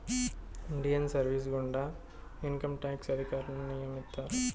Indian service గుండా income tax అధికారులను నియమిత్తారు